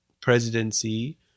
presidency